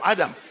Adam